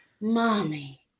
Mommy